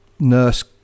Nurse